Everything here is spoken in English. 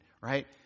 right